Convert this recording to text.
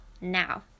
now